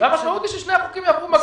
המשמעות היא ששני החוקים יעברו ביחד.